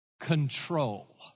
Control